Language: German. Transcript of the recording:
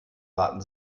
warten